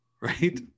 right